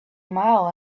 mile